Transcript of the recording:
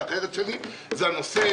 מצד שני, באותו נושא,